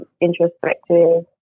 introspective